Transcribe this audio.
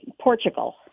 Portugal